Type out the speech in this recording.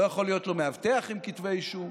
לא יכול להיות לו מאבטח עם כתבי אישום,